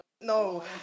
No